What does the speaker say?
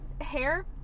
hair